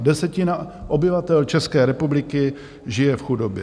Desetina obyvatel České republiky žije v chudobě.